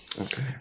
okay